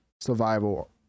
survival